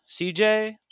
CJ